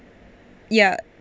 ya